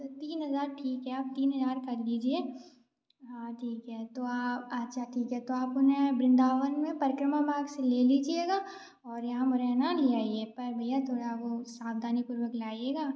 तीन हजार ठीक है आप तीन हजार कर लीजिए हाँ ठीक है तो आच्छा ठीक है तो आप उन्हें वृन्दावन में परिक्रमा मार्ग से ले लीजिएगा और यहाँ मुरैना ले आइए पर भैया थोड़ा वो सावधानीपूर्वक लाइएगा